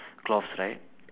cloth right